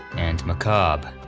and macabre,